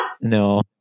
no